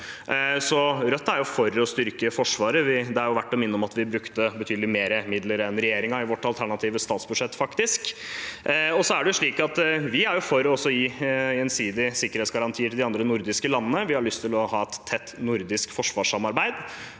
Rødt er for å styrke Forsvaret. Det er verdt å minne om at vi faktisk brukte betydelig mer midler enn regjeringen i vårt alternative statsbudsjett. Vi er også for å gi gjensidige sikkerhetsgarantier til de andre nordiske landene. Vi har lyst til å ha et tett nordisk forsvarssamarbeid,